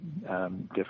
different